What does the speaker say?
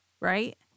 right